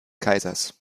kaisers